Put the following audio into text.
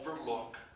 overlook